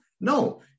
No